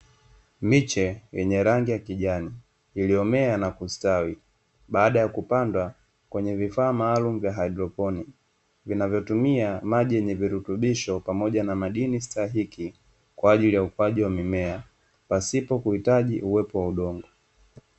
Miche yenye rangi ya kijani iliyomea na kustawi baada ya kupandwa kwenye vifaa maalumu vya haidroponi, vinavyotumia maji yenye virutubisho pamoja na madini stahiki kwa ajili ya ukuaji wa mimea pasipo kuhitaji uwepo wa udongo.